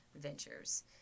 ventures